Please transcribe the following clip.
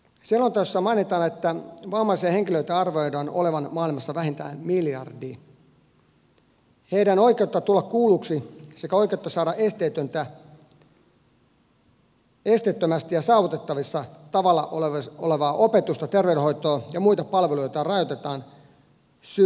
selonteossa mainitaan että vammaisia henkilöitä arvioidaan olevan maailmassa vähintään miljardi ja heidän oikeuttaan tulla kuulluksi sekä oikeutta saada esteettömästi ja saavutettavalla tavalla opetusta terveydenhoitoa ja muita palveluita rajoitetaan syrjivästi